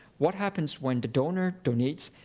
what happens when the donor donates